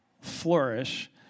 flourish